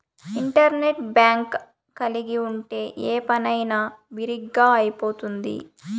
internet bank కలిగి ఉంటే ఏ పనైనా బిరిగ్గా అయిపోతుంది